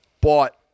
bought